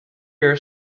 your